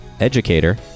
educator